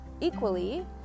equally